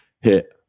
hit